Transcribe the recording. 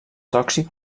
tòxic